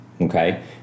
Okay